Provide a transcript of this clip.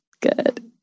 Good